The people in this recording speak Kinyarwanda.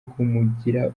kumugira